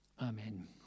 Amen